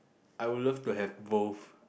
I would love to have both